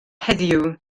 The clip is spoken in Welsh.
heddiw